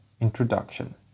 introduction